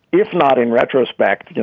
if not in retrospect.